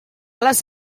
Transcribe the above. les